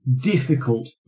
difficult